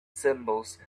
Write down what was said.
symbols